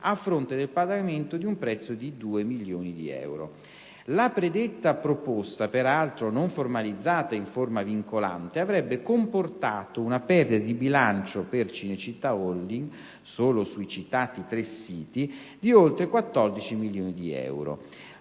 a fronte del pagamento di un prezzo di 2 milioni di euro. La predetta proposta, peraltro non formalizzata in forma vincolante, avrebbe comportato una perdita di bilancio per Cinecittà Holding, solo sui citati tre siti, di oltre 14 milioni di euro.